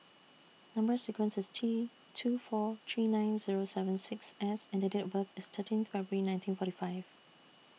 Number sequence IS T two four three nine Zero seven six S and Date of birth IS thirteen February nineteen forty five